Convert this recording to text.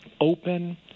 open